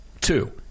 Two